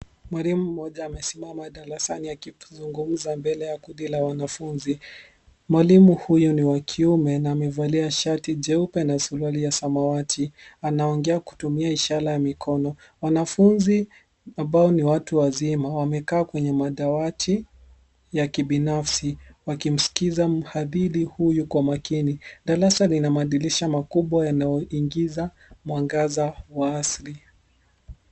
Mwalimu mmoja amesimama darasani akizungumza mbele ya kundi la wanafunzi. Mwalimu huyo ni wa kiume na amevalia shati jeupe na suruali ya samawati anaongea kutumia ishara ya mikono. Wanafunzi ambao ni watu wazima wamekaa kwenye madawati ya kibinafsi wakimsikiza mhadhiri huyu kwa makini. Darasa lina mwadilisha makubwa yanayoingiza mwangaza wa asili.